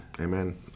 Amen